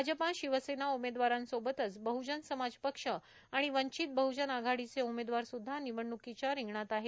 भाजप शिवसेना उमेदवारांसोबतच बहजन समाज पक्ष आणि वंचित बहजन आघाडिचे उमेदवार सुद्धा निवडणुकीच्या रिंगणात आहे